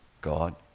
God